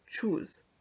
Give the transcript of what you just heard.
choose